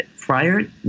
prior